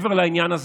מעבר לעניין הזה,